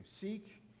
Seek